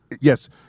Yes